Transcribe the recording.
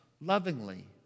lovingly